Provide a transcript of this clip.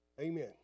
Amen